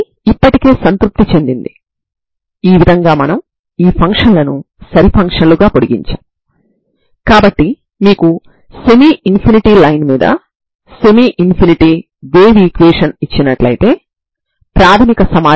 ఇప్పుడు మీరు స్ట్రింగ్ ని a నుండి b కి బదులుగా 0 నుండి L వరకు తీసుకుని అదే విధంగా చేస్తారు